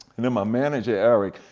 then my manager eric,